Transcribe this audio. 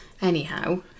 anyhow